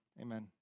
Amen